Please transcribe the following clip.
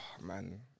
Man